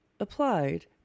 Applied